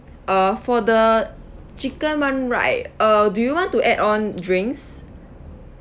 uh for the chicken [one] right uh do you want to add on drinks